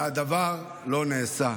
והדבר לא נעשה.